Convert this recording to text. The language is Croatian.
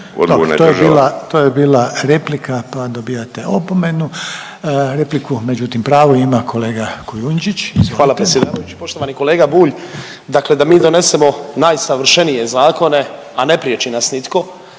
To je bila replika pa dobijate opomenu. Repliku međutim pravu ima kolega Kujundžić. **Kujundžić, Ante (MOST)** Hvala predsjedavajući. Poštovani kolega Bulj, dakle da mi donesemo najsavršenije zakone, a ne priječi nas nitko